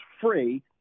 free